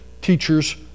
teachers